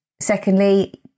secondly